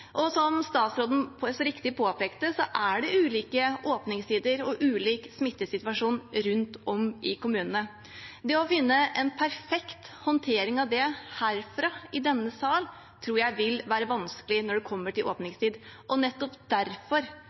og som statsråden så riktig påpekte, er det ulike åpningstider og ulik smittesituasjon rundt om i kommunene. Det å finne en perfekt håndtering av det herfra, i denne sal, tror jeg vil være vanskelig når det kommer til åpningstid. Nettopp derfor